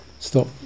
Stop